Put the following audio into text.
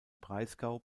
breisgau